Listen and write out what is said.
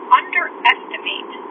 underestimate